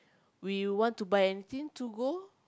we want to buy anything to go